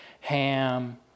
ham